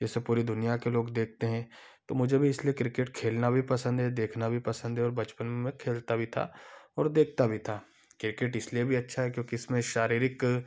जिसे पूरी दुनिया के लोग देखते हैं तो मुझे भी इसलिए क्रिकेट खेलना भी पसंद है देखना भी पसंद है और बचपन में मैं खेलता भी था और देखता भी था क्रिकेट इसलिए भी अच्छा है क्योंकि इसमें शारीरिक